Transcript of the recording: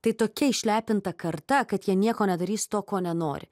tai tokia išlepinta karta kad jie nieko nedarys to ko nenori